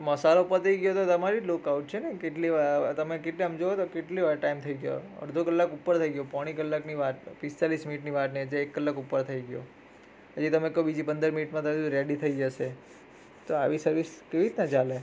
મસાલો પતી ગયો તો તમારી લૂક આઉટ છે ને કેટલી તમે કેટલી આમ જુઓ તો કેટલી આ ટાઈમ થઈ ગયો અડધો કલાક ઉપર થઈ ગયો પોણી કલાકની વાત પિસ્તાલીસ મિનિટની વાત નહીં ને જે એક કલાકની ઉપર થઈ ગયો હજી તમે કહો બીજી પંદર મિનિટમાં રેડી થઈ જશે તો આવી સર્વિસ કેવી રીત ના ચાલે